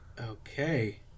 Okay